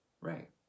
Right